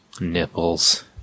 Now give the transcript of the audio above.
Nipples